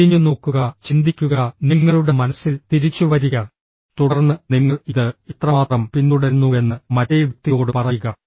തിരിഞ്ഞുനോക്കുക ചിന്തിക്കുക നിങ്ങളുടെ മനസ്സിൽ തിരിച്ചുവരിക തുടർന്ന് നിങ്ങൾ ഇത് എത്രമാത്രം പിന്തുടരുന്നുവെന്ന് മറ്റേ വ്യക്തിയോട് പറയുക